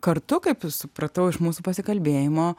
kartu kaip supratau iš mūsų pasikalbėjimo